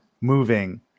moving